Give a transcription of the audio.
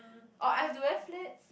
or I've to wear flats